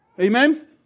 Amen